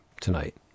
tonight